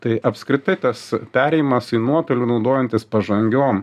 tai apskritai tas perėjimas į nuotolį naudojantis pažangiom